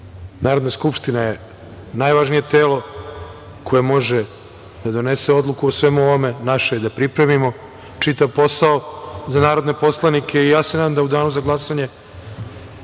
Narodna skupština je najvažnije telo koje može da donese odluku o svemu ovome, naše je da pripremimo čitav posao za narodne poslanike. Ja se nadam da u danu za glasanje